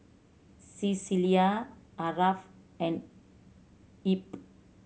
Cecelia Aarav and Ebb